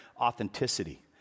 authenticity